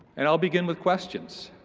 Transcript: and i'll begin with questions.